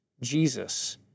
Jesus